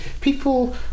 people